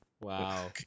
Wow